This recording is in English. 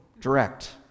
Direct